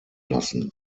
lassen